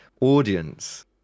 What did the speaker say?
audience